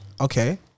okay